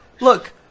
look